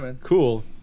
Cool